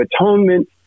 Atonement